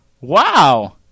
wow